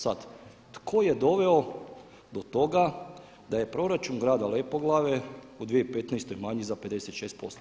Sada, tko je doveo do toga da je proračun grada Lepoglave u 2015. manji za 56%